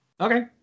okay